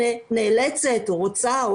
ונאלצת או רוצה,